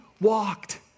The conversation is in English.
walked